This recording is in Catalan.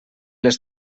les